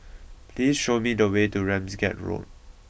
please show me the way to Ramsgate Road